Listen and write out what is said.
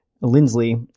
Lindsley